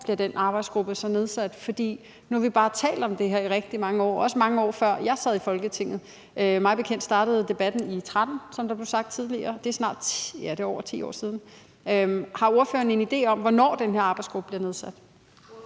hvornår den arbejdsgruppe så bliver nedsat. For nu har vi bare talt om det her i rigtig mange år, også i mange år, før jeg sad i Folketinget. Mig bekendt startede debatten, som der også blev sagt tidligere, i 2013, og det er over 10 år siden. Har ordføreren en idé om, hvornår den her arbejdsgruppe bliver nedsat?